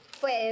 Pues